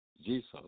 Jesus